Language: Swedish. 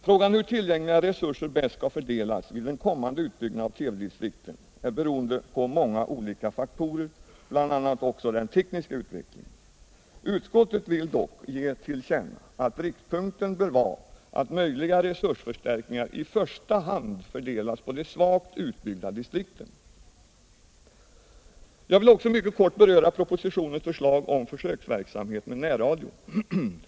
Frågan hur tillgängliga resurser bäst skall fördelas vid en kommande utbyggnad av-TV-distrikten är beroende på många olika faktorer, bl.a. också den tekniska utvecklingen. Utskottet vill dock ge till känna att riktpunkten bör vara att möjliga resursförstärkningar i första hand fördelas på de svagt utbyggda distrikten. Jag vill också mycket kort beröra propositionens förslag om försöksverksamhet med närradio.